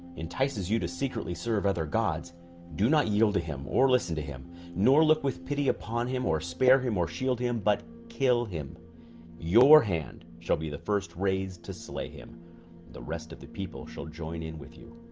entices you to secretly serve other gods do not yield to him or listen to him nor look with pity upon him or spare him or shield him, but kill him your hand shall be the first raised to slay him the rest of the people shall join in with you